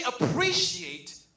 appreciate